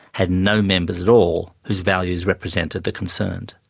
had no members at all whose values represented the concerned.